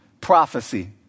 prophecy